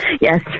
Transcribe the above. Yes